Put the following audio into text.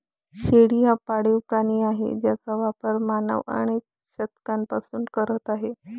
शेळी हा पाळीव प्राणी आहे ज्याचा वापर मानव अनेक शतकांपासून करत आहे